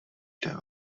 jde